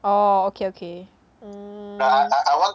orh okay okay mm